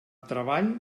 treball